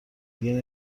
دیگه